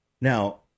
Now